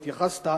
התייחסת,